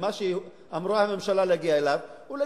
ומה שהממשלה אמורה להגיע אליו הוא,